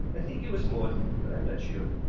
i think it was morton, but i am not sure.